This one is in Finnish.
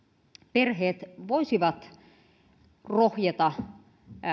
perheet voisivat rohjeta